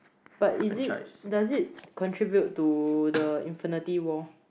but is it does it contribute to the Infinity-War